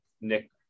Nick